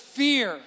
fear